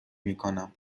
میکنم